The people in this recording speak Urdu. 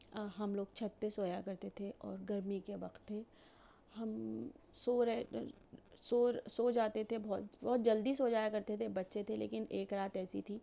ہم لوگ چھت پے سویا کرتے تھے اور گرمی کے وقت تھے ہم سو رہے سو سو جاتے تھے بہت بہت جلدی سو جایا کرتے تھے بچے تھے لیکن ایک رات ایسی تھی